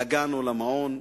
לגן או למעון.